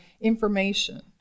information